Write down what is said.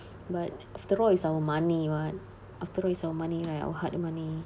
but after all is our money [what] after all it's our money right our hard money